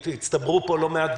כי הצטברו פה לא מעט דברים.